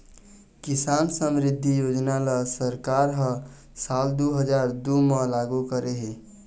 किसान समरिद्धि योजना ल सरकार ह साल दू हजार दू म लागू करे हे